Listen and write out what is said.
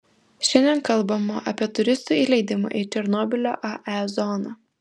šiandien kalbama apie turistų įleidimą į černobylio ae zoną